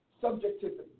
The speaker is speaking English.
subjectivity